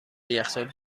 یخچال